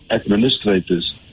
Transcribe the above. administrators